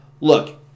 Look